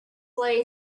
lay